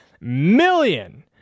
million